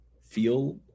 feel